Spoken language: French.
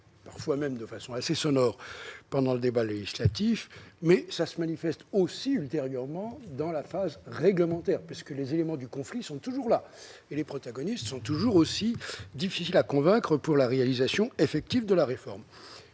parfois, même de façon assez sonore pendant le débat législatif mais ça se manifeste aussi ultérieurement dans la phase réglementaire puisque les éléments du conflit sont toujours là et les protagonistes sont toujours aussi difficiles à convaincre pour la réalisation effective de la réforme,